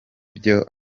byo